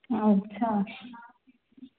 अच्छा